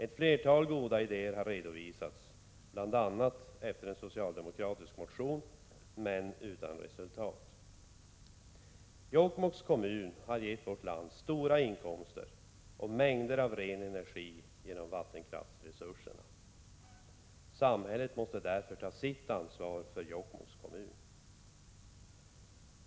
Ett flertal goda idéer har redovisats, bl.a. med anledning av en socialdemokratisk motion, men utan resultat. Jokkmokks kommun har gett vårt land stora inkomster och mängder av ren energi genom vattenkraftsresurserna. Samhället måste därför ta sitt ansvar för Jokkmokks kommun.